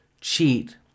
cheat